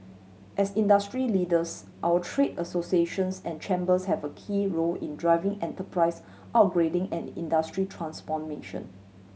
as industry leaders our trade associations and chambers have a key role in driving enterprise upgrading and industry transformation